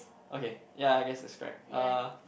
okay ya I guess it's correct uh